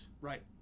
Right